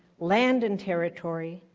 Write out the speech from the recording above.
land and territory,